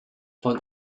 von